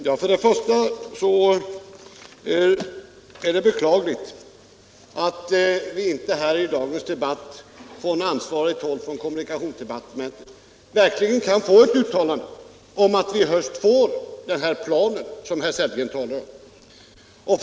Herr talman! Först och främst är det beklagligt att vi i dagens debatt inte kan få ett uttalande från ansvarigt håll på kommunikationsdepartementet om att vi i höst får den plan som herr Sellgren talar om.